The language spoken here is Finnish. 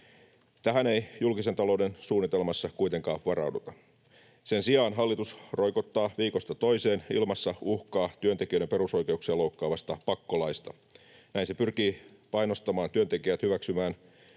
Tähän ei julkisen talouden suunnitelmassa kuitenkaan varauduta. Sen sijaan hallitus roikottaa viikosta toiseen ilmassa uhkaa työntekijöiden perusoikeuksia loukkaavasta pakkolaista. Näin se pyrkii painostamaan työntekijät hyväksymään